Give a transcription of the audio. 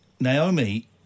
Naomi